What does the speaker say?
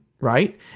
Right